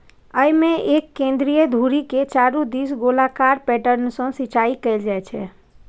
अय मे एक केंद्रीय धुरी के चारू दिस गोलाकार पैटर्न सं सिंचाइ कैल जाइ छै